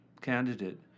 candidate